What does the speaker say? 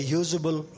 usable